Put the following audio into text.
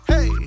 Hey